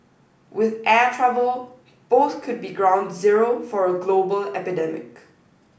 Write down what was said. with air travel both could be ground zero for a global epidemic